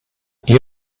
you